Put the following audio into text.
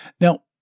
Now